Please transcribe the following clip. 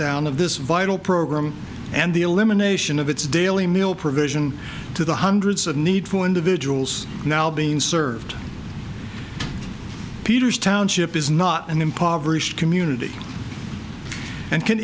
down of this vital program and the elimination of its daily mill provision to the hundreds of need for individuals now being served peters township is not an impoverished community and can